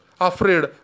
afraid